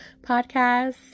podcast